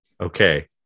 Okay